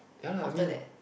after that